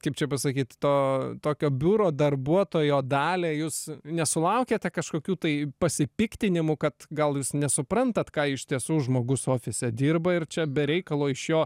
kaip čia pasakyt to tokio biuro darbuotojo dalią jūs nesulaukėte kažkokių tai pasipiktinimų kad gal jūs nesuprantat ką iš tiesų žmogus ofise dirba ir čia be reikalo iš jo